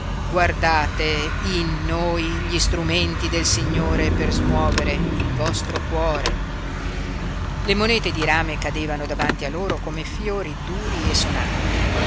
guardate in noi gli strumenti del signore per smuovere il vostro cuore le monete di rame cadevano davanti a loro come fiori duri e sonanti